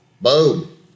Boom